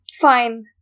Fine